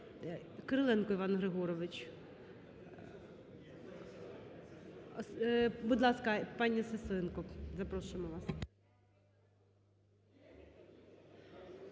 Кириленко Іван Григорович. Будь ласка, пані Сисоєнко, запрошуємо вас.